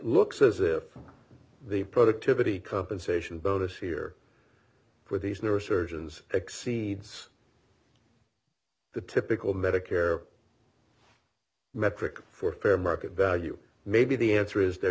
looks as if the productivity compensation bonus here for these neurosurgeons exceeds the typical medicare metric for fair market value maybe the answer is they're